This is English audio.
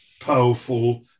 powerful